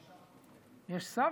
יש,